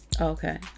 Okay